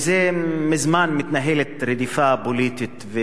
מזה זמן מתנהלת רדיפה פוליטית,